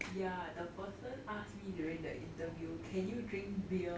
ya the person ask me during the interview can you drink beer